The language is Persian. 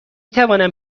توانم